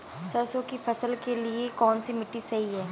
सरसों की फसल के लिए कौनसी मिट्टी सही हैं?